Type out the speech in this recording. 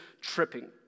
tripping